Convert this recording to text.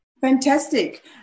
fantastic